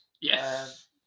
Yes